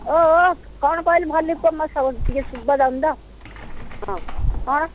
ଓ କ'ଣ କହିଲ ଭଲକି କୁହ ମ ସବୁ ଟିକେ ଶୁଭାଯାଉନି ତ ହଁ କ'ଣ